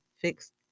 fixed